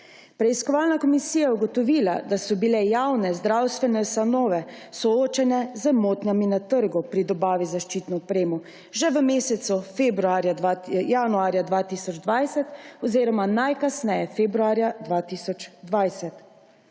Preiskovalna komisija je ugotovila, da so bile javne zdravstvene ustanove soočene z motnjami na trgu pri dobavi zaščitne opreme že v mesecu januarju 2020 oziroma najkasneje februarja 2020.